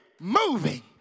moving